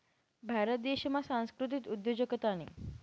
भारत देशमा सांस्कृतिक उद्योजकतानी